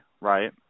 right